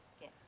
Yes